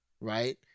right